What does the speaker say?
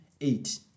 eight